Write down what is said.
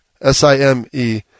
S-I-M-E